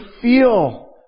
feel